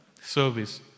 service